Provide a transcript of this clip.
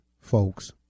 folks